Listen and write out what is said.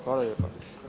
Hvala lijepa.